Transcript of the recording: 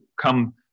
come